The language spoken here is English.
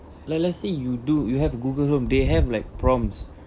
like let's say you do you have google home they have like prompts